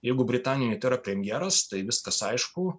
jeigu britanijoj tai yra premjeras tai viskas aišku